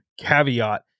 caveat